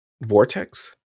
Vortex